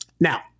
Now